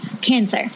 cancer